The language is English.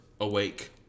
awake